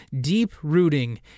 deep-rooting